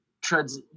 treads